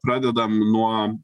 pradedam nuo